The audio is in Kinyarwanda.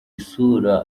isura